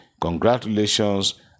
Congratulations